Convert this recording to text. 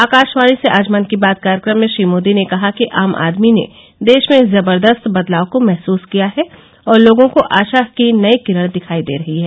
आकाशावाणी से आज मन की बात कार्यक्रम में श्री मोदी ने कहा कि आम आदमी ने देश में जबरदस्त बदलाव को महसूस किया है और लोगों को आशा की नई किरण दिखाई दे रही हैं